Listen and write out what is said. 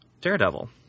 Daredevil